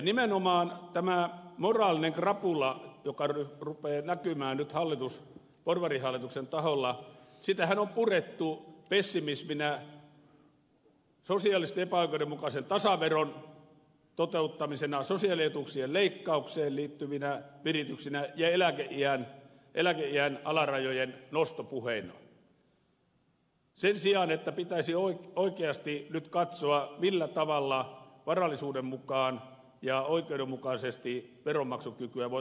nimenomaan tätä moraalista krapulaa joka rupeaa näkymään nyt porvarihallituksen taholla on purettu pessimisminä sosiaalisesti epäoikeudenmukaisen tasaveron toteuttamisena sosiaalietuuksien leikkaukseen liittyvinä virityksinä ja eläkeiän alarajojen nostopuheina sen sijaan että pitäisi oikeasti nyt katsoa millä tavalla varallisuuden mukaan ja oikeudenmukaisesti veronmaksukykyä voitaisiin ottaa huomioon